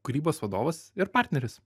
kūrybos vadovas ir partneris